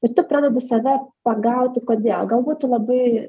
ir tu pradedi save pagauti kodėl galbūt tu labai